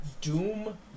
Doom